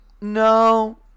no